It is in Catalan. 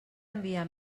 enviar